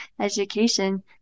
education